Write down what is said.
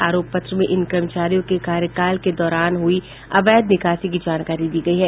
आरोप पत्र में इन कर्मचारियों के कार्यकाल के दौरान हुई अवैध निकासी की जानकारी दी गयी है